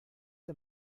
the